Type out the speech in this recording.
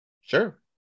Sure